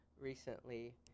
recently